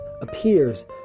appears